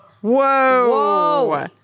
Whoa